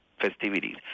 festivities